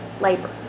labor